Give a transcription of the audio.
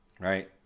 right